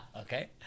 Okay